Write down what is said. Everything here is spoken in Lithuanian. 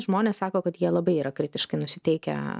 žmonės sako kad jie labai yra kritiškai nusiteikę